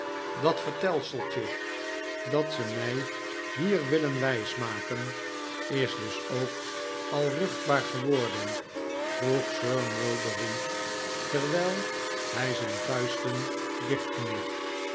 dat vertelseltje dat ze mij hier willen wijsmaken is dus ook al ruchtbaar geworden vroeg sir mulberry terwijl hij zijn vuisten